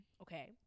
Okay